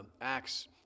Acts